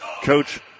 Coach